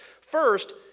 First